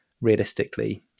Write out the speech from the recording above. realistically